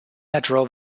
metro